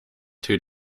two